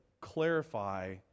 clarify